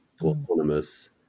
autonomous